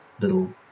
little